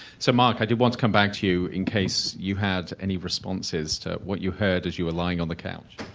so mark, i do want to come back to you in case you had any responses to what you heard as you were lying on the couch.